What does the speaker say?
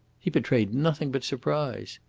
he betrayed nothing but surprise.